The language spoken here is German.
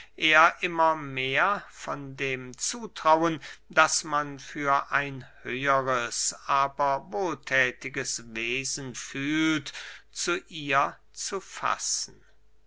er immer mehr von dem zutrauen das man für ein höheres aber wohlthätiges wesen fühlt zu ihr zu fassen